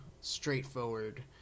straightforward